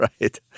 Right